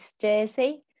Jersey